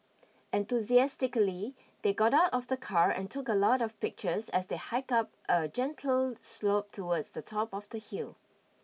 enthusiastically they got out of the car and took a lot of pictures as they hiked up a gentle slope towards the top of the hill